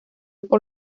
por